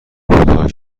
کوتاه